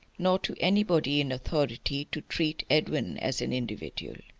nor to anybody in authority, to treat edwin as an individual.